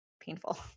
painful